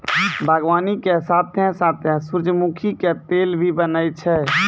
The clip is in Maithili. बागवानी के साथॅ साथॅ सूरजमुखी के तेल भी बनै छै